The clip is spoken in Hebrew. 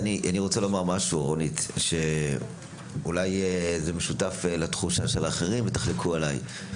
אני רוצה לומר משהו שאולי הוא משותף לתחושה של אחרים ותחלקו עליי.